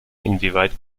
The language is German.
inwieweit